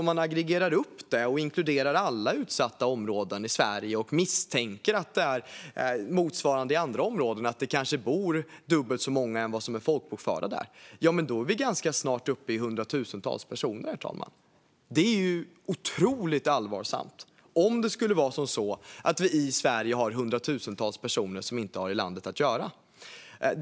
Om vi då aggregerar upp detta och inkluderar alla utsatta områden i Sverige och antar att det kanske bor dubbelt så många där än det antal som är folkbokförda kommer vi ganska snart upp i hundratusentals personer. Det är otroligt allvarligt om det skulle visa sig att vi i Sverige har hundratusentals personer som inte har i landet att göra.